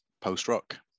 post-rock